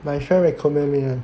my friend recommend me [one]